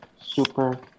super